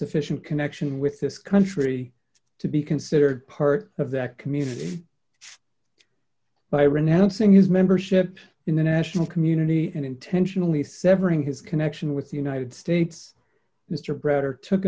sufficient connection with this country to be considered part of that community by renouncing his membership in the national community and intentionally severing his connection with the united states mr